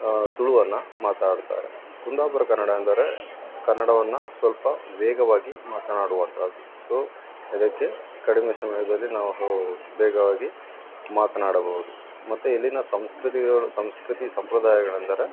ತುಳುವನ್ನು ಮಾತಾಡುತ್ತಾರೆ ಕುಂದಾಪುರ ಕನಡ ಅಂದರೆ ಕನ್ನಡವನ್ನು ಸ್ವಲ್ಪ ವೇಗವಾಗಿ ಮಾತನಾಡುವಂಥದ್ದು ಸೋ ಅದಕ್ಕೆ ಕಡಿಮೆ ಸಮಯದಲ್ಲಿ ನಾವು ವೇಗವಾಗಿ ಮಾತನಾಡಬಹುದು ಮತ್ತು ಇಲ್ಲಿನ ಸಂಸ್ಕೃತಿಗಳು ಸಂಸ್ಕೃತಿ ಸಂಪ್ರದಾಯಗಳೆಂದರೆ